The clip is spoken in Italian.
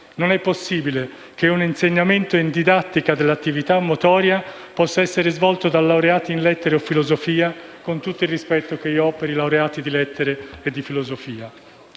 Non è possibile che un insegnamento in didattica dell'attività motoria possa essere svolto da laureati in lettere o filosofia, con tutto il rispetto che nutro per questi ultimi. A noi